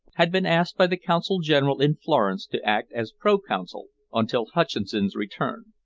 had been asked by the consul-general in florence to act as pro-consul until hutcheson's return.